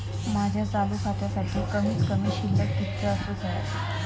माझ्या चालू खात्यासाठी कमित कमी शिल्लक कितक्या असूक होया?